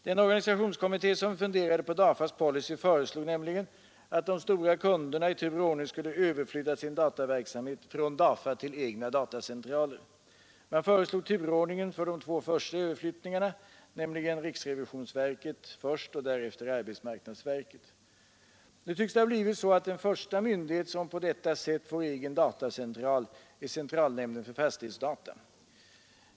Den organisationskommitté som funderade på DAFA:s policy föreslog nämligen att de stora kunderna i tur och ordning skulle överflytta sin dataverksamhet från DAFA till egna datacentraler. Man föreslog turordningen för de två första överflyttningarna, nämligen först riksrevisionsverket och därefter arbetsmarknadsstyrelsen. Nu tycks det ha blivit så att den första myndighet som på detta sätt får egen datacentral är centralnämnden för fastighetsdata.